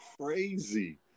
crazy